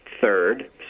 third